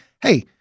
hey